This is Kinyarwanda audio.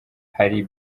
hari